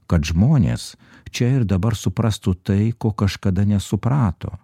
kad žmonės čia ir dabar suprastų tai ko kažkada nesuprato